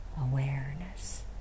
awareness